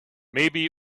maybe